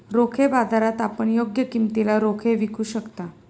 रोखे बाजारात आपण योग्य किमतीला रोखे विकू शकता